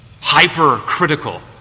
hypercritical